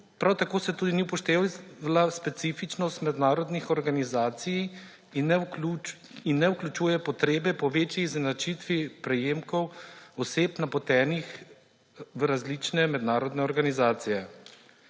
Prav tako se ni upoštevala specifičnost mednarodnih organizacij in ne vključuje potrebe po večji izenačitvi prejemkov oseb, napotenih v različne mednarodne organizacije.